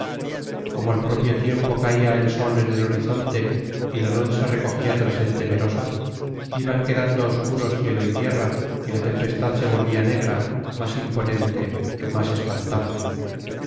como al propio tiempo caía el sol en el horizonte y la luz se recogía tras él temerosa iban quedando obscuros cielo y tierra y la tempestad se volvía negra más imponente más espantable